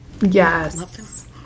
Yes